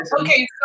Okay